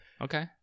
Okay